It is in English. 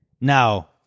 Now